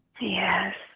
Yes